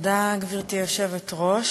תודה, גברתי היושבת-ראש.